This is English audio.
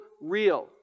real